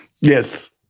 Yes